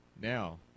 Now